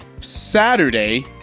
Saturday